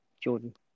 Jordan